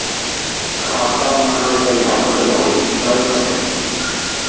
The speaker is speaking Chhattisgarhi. खाता मा ले पईसा कइसे निकल थे?